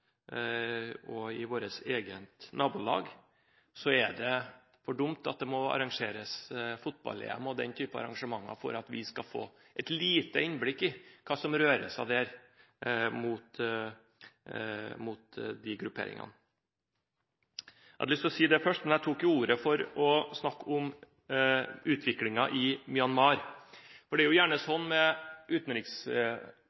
i vårt eget nabolag, er det for dumt at det må arrangeres fotball-EM og den slags arrangementer for at vi skal få et lite innblikk i hva som rører seg der mot de grupperingene. Jeg hadde lyst til å si det først, men jeg tok ordet for å snakke om utviklingen i Myanmar. Det er gjerne